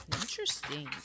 interesting